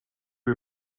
you